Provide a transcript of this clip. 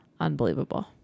Unbelievable